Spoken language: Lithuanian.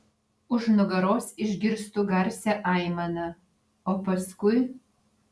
už nugaros išgirstu garsią aimaną o paskui